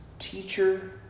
teacher